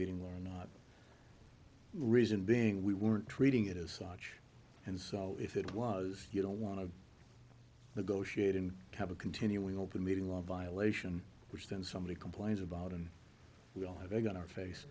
meeting were not reason being we weren't treating it as such and so if it was you don't want to negotiate and have a continuing open meeting love violation which then somebody complains about and we all have egg on our face